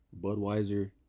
Budweiser